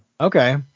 okay